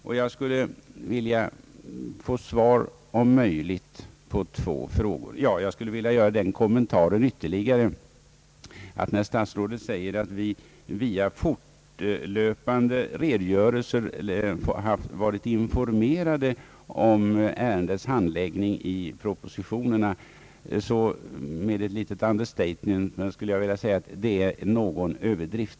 Statsrådet säger att riksdagen genom redogörelser i de årliga propositionerna om byggnadsarbetena vid universiteten har blivit fortlöpande informerad om ärendets handläggning. Med ett litet understatement skulle jag vilja säga att det är någon överdrift.